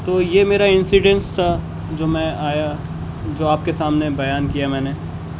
تو یہ میرا انسڈینس تھا جو میں آیا جو آپ کے سامنے بیان کیا میں نے